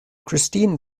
christine